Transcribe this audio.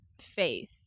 faith